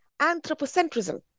anthropocentrism